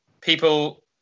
people